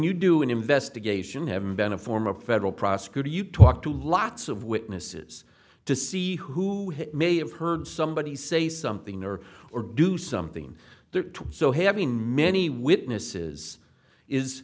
you do an investigation have been a former federal prosecutor you talk to lots of witnesses to see who may have heard somebody say something or or do something there so having many witnesses is